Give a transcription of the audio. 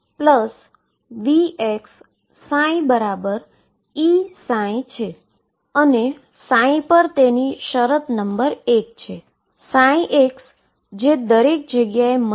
જો હું xને Ae mω2ℏx2 લઉ અને તેને સમીકરણમાં મુકું તો ડાબી બાજુ મને ℏω2Ae mω2ℏx2 મળે